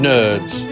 Nerds